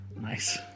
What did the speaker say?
Nice